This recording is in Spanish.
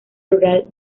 rural